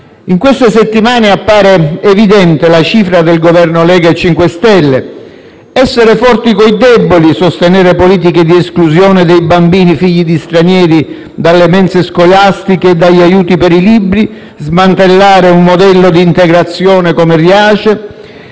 In queste settimane appare evidente la cifra del Governo Lega-5 Stelle: essere forti coi deboli, sostenere politiche di esclusione dei bambini figli di stranieri dalle mense scolastiche e dagli aiuti per i libri, smantellare un modello di integrazione come Riace,